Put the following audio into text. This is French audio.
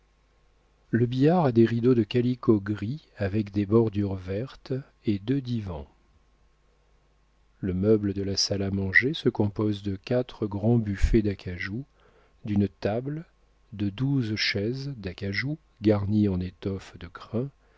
le billard a des rideaux de calicot gris avec des bordures vertes et deux divans le meuble de la salle à manger se compose de quatre grands buffets d'acajou d'une table de douze chaises d'acajou garnies en étoffes de crin